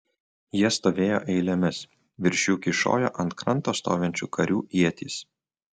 jie stovėjo eilėmis virš jų kyšojo ant kranto stovinčių karių ietys